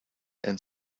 and